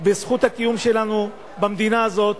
בזכות הקיום שלנו במדינה הזאת,